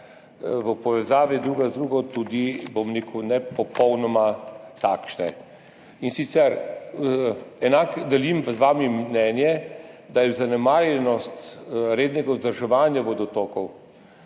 v povezavi druga z drugo tudi, bom rekel, ne popolnoma takšne. In sicer, delim z vami mnenje, da je zanemarjenost rednega vzdrževanja vodotokov,